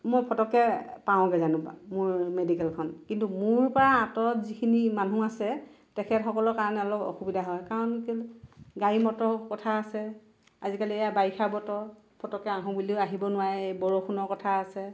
মই ফতককৈ পাওগৈ যেনিবা মোৰ মেডিকেলখন কিন্তু মোৰ পৰা আঁতৰত যিখিনি মানুহ আছে তেখেতসকলৰ কাৰণে অলপ অসুবিধা হয় কাৰণ কেলৈ গাড়ী মটৰৰ কথা আছে আজিকালি এয়া বাৰিষাৰ বতৰ ফতককৈ আহোঁ বুলিও আহিব নোৱাৰে এই বৰষুণৰ কথা আছে